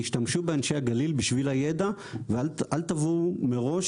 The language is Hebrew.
תשתמשו באנשי הגליל בשביל הידע ואל תבואו מראש